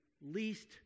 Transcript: least